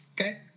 Okay